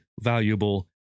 valuable